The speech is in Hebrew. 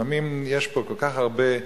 לפעמים יש פה כל כך הרבה,